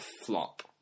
flop